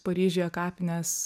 paryžiuje kapines